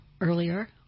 earlier